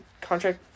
contract